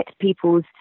people's